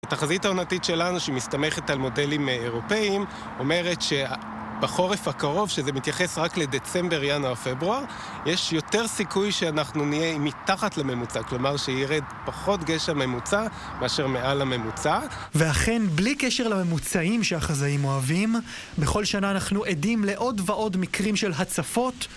התחזית העונתית שלנו, שמסתמכת על מודלים אירופאים, אומרת שבחורף הקרוב, שזה מתייחס רק לדצמבר, ינואר, פברואר, יש יותר סיכוי שאנחנו נהיה מתחת לממוצע, כלומר שירד פחות גשם ממוצע מאשר מעל הממוצע. ואכן, בלי קשר לממוצעים שהחזאים אוהבים, בכל שנה אנחנו עדים לעוד ועוד מקרים של הצפות.